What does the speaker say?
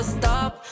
stop